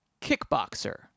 kickboxer